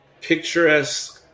picturesque